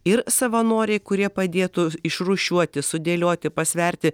ir savanoriai kurie padėtų išrūšiuoti sudėlioti pasverti